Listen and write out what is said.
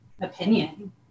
opinion